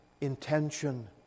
intention